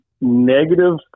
negative